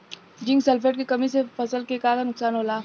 Zinc sulphate के कमी से फसल के का नुकसान होला?